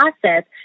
process